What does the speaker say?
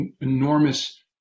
enormous